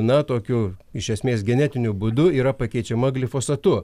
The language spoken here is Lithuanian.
na tokiu iš esmės genetiniu būdu yra pakeičiama glifosatu